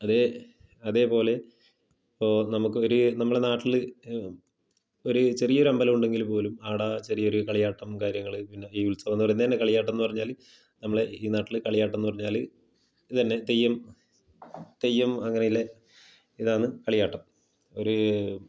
അതേ അതേപോലെ ഇപ്പോൾ നമുക്ക് ഒരു നമ്മളെ നാട്ടിൽ ഒരു ചെറിയൊരു അമ്പലം ഉണ്ടെങ്കിൽ പോലും ആടാ ചെറിയൊരു കളിയാട്ടം കാര്യങ്ങൾ പിന്നെ ഈ ഉത്സവംന്ന് പറയുന്നത് തന്നെ കളിയാട്ടംന്ന് പറഞ്ഞാൽ നമ്മളെ ഈ നാട്ടിൽ കളിയാട്ടംന്ന് പറഞ്ഞാൽ ഇതന്നെ തെയ്യം തെയ്യം അങ്ങനെയില്ല ഇതാന്ന് കളിയാട്ടം ഒരു